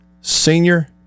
Senior